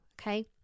okay